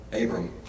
Abram